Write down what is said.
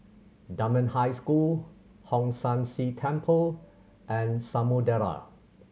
Dunman High School Hong San See Temple and Samudera